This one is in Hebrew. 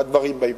והדברים באים.